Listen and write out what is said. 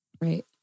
Right